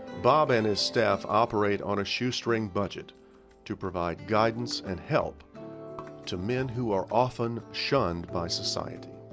bob and his staff operate on a shoestring budget to provide guidance and help to men who are often shunned by society.